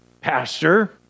pastor